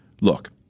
look